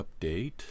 update